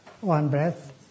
one-breath